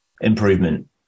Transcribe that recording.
improvement